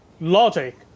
logic